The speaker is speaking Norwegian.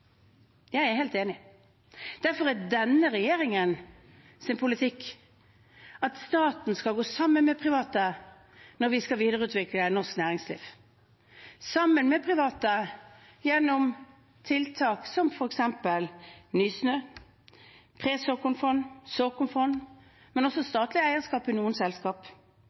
Jeg er helt enig. Derfor er denne regjeringens politikk at staten skal gå sammen med private når vi skal videreutvikle norsk næringsliv, sammen med private gjennom tiltak som f.eks. Nysnø, presåkornfond og såkornfond, men også statlig eierskap i noen